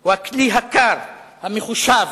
הוא הכלי הקר, המחושב,